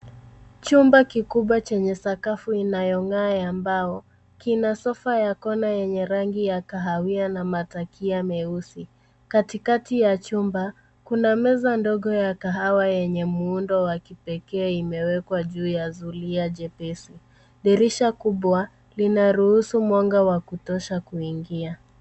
Chumba kikubwa chenye sakafu inayong'aa ya mbao. Kina sofa ya kona yenye rangi ya kahawia na matakia meusi. Katikati ya chumba kuna meza ndogo ya kahawa yenye muundo wa kipekee imewekwa juu ya zulia jepesi. Dirisha kubwa linaruhusu mwanga wa kutosha kuingia.